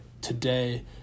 today